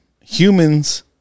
humans